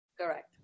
Correct